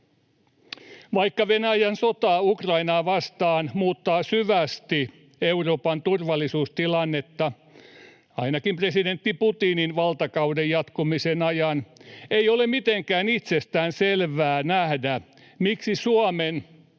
Vaikka Venäjän sota Ukrainaa vastaan muuttaa syvästi Euroopan turvallisuustilannetta ainakin presidentti Putinin valtakauden jatkumisen ajan, ei ole mitenkään itsestään selvää nähdä, miksi Suomen ja